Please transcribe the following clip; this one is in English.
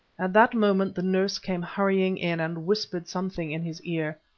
at that moment the nurse came hurrying in and whispered something in his ear.